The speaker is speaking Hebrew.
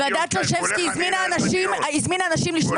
את רק